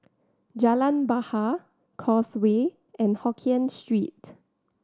Jalan Bahar Causeway and Hokien Street